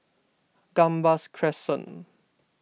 Gambas Crescent